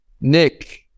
Nick